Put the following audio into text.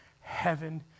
heaven